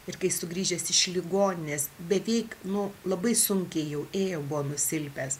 ir kai sugrįžęs iš ligoninės beveik nu labai sunkiai jau ėjo buvo nusilpęs